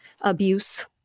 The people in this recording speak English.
abuse